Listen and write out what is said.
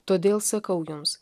todėl sakau jums